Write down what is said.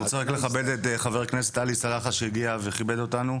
אני רוצה רק לכבד את חבר הכנסת עלי סלאלחה שהגיע וכיבד אותנו.